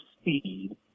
speed